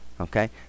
Okay